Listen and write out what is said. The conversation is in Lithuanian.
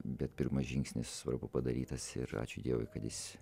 bet pirmas žingsnis svarbu padarytas ir ačiū dievui kad jis